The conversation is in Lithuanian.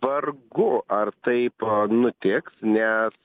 vargu ar taip nutiks nes